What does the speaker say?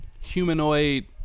humanoid